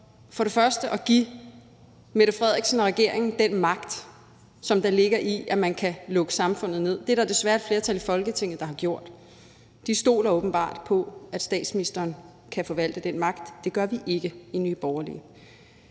ind for at give statsministeren og regeringen den magt, som der ligger i, at man kan lukke samfundet ned. Det er der desværre et flertal i Folketinget der har gjort. De stoler åbenbart på, at statsministeren kan forvalte den magt, men det gør vi ikke i Nye Borgerlige.